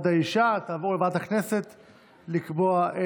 שתקבע ועדת הכנסת נתקבלה.